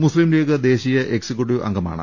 മുസ്ലീം ലീഗ് ദേശീയ എക്സിക്യൂട്ടീവ് അംഗമാണ്